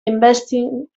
investing